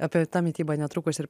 apie tą mitybą netrukus ir